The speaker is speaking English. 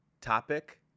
topic